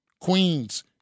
Queens